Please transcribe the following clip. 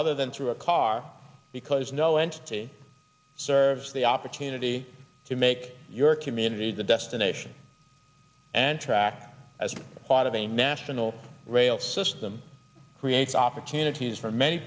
other than through a car because no entity serves the opportunity to make your communities the destination and track as part of a national rail system creates opportunities for many